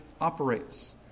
operates